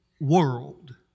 world